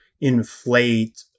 inflate